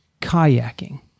kayaking